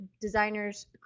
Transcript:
designers